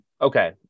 okay